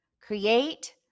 create